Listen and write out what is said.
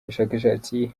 abashakashatsi